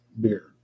beer